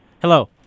Hello